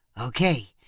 Okay